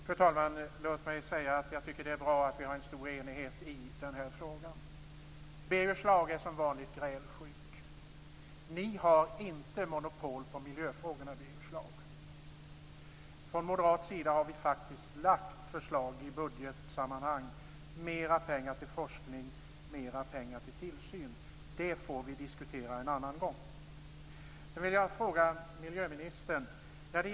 Fru talman! Låt mig säga att jag tycker att det är bra att vi har en stor enighet i den här frågan. Birger Schlaug är som vanligt grälsjuk. Ni har inte monopol på miljöfrågorna, Birger Schlaug. Från moderat sida har vi faktiskt i budgetsammanhang lagt fram förslag om mer pengar till forskning och mer pengar till tillsyn. Det får vi diskutera en annan gång. Sedan vill jag vända mig till miljöministern.